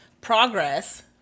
progress